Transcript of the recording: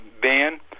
van